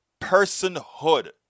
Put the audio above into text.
personhood